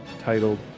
titled